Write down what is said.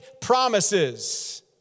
promises